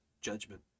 Judgment